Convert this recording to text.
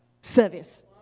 service